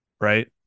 right